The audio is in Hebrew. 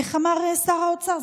איך אמר שר האוצר?